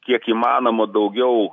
kiek įmanoma daugiau